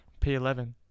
p11